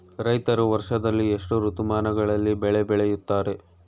ರೈತರು ವರ್ಷದಲ್ಲಿ ಎಷ್ಟು ಋತುಮಾನಗಳಲ್ಲಿ ಬೆಳೆ ಬೆಳೆಯುತ್ತಾರೆ?